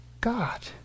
God